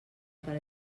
per